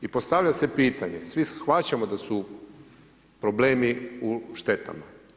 I postavlja se pitanje, svi shvaćamo da su problemi u štetama.